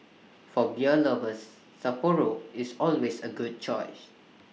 for beer lovers Sapporo is always A good choice